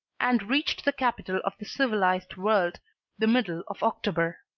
and reached the capital of the civilized world the middle of october.